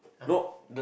no the